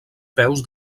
peus